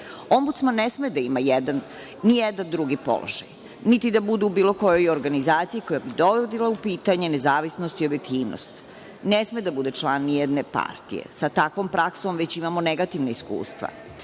Ombudsman ne sme da ima ni jedan drugi položaj, niti da bude u bilo kojoj organizaciji koja bi dovodila u pitanje nezavisnost i objektivnost. Ne sme da bude član ni jedne partije, sa takvom praksom već imamo negativna iskustva.